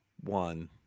one